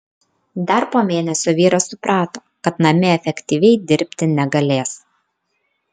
dar po mėnesio vyras suprato kad namie efektyviai dirbti negalės